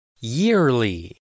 Yearly